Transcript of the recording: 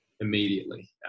immediately